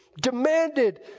demanded